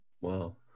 Wow